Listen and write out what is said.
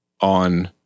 on